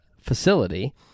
facility